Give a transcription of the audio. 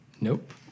Nope